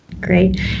Great